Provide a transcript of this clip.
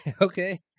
Okay